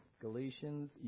Galatians